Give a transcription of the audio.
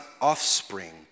offspring